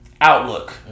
outlook